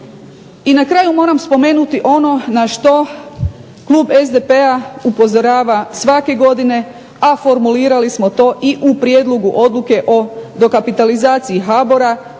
I na kraju moram spomenuti ono na što klub SDP-a upozorava svake godine, a formulirali smo to i u prijedlogu odluke o dokapitalizaciji HBOR-a